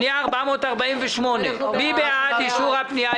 מי בעד אישור הפנייה?